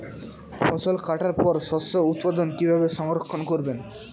ফসল কাটার পর শস্য উৎপাদন কিভাবে সংরক্ষণ করবেন?